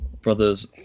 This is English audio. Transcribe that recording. brother's